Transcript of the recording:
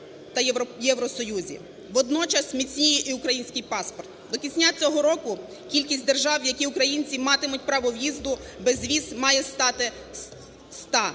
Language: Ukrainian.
До кінця цього року кількість держав, в які українці матимуть право в'їзду без віз, має стати… ста.